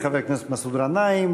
חבר הכנסת מסעוד גנאים,